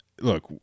look